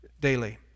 daily